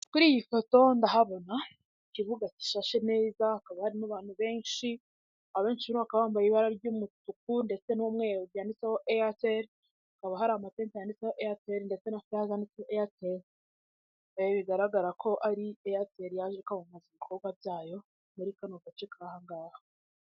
Kuri iyi foto ndahabona ikibuga gishashe neza hakaba harimo abantu benshi, abenshi rero bakaba bambaye ibara ry'umutuku ndetse n'umweru ryanditseho airtel hakaba hari amatente yanditseho airtel ndetse na furaya zanditseho airtel bigaragara ko ari airtel yaje kwamamaza ibikorwa byayo muri kano gace k'ahangaha.